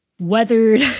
weathered